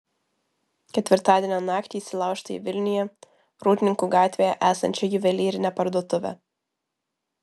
ketvirtadienio naktį įsilaužta į vilniuje rūdninkų gatvėje esančią juvelyrinę parduotuvę